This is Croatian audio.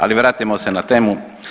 Ali vratimo se na temu.